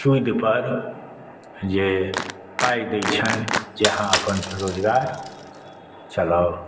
सुदि पर जे पाई दै छनि जे अहाँ अपन रोजगार चलाऊ